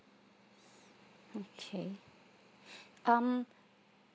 okay um